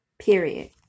period